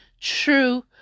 true